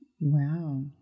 Wow